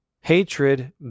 hatred